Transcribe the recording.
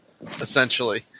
essentially